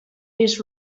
his